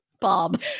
Bob